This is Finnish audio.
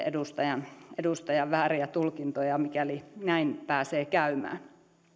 edustajan edustajan vääriä tulkintoja mikäli näin pääsee käymään